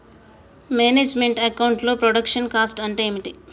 Manage meant account లో production cost అంటే ఏమిటి?